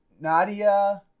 Nadia